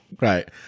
right